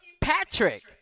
Patrick